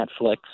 Netflix